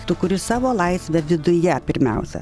tu kuri savo laisvę viduje pirmiausia